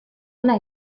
ona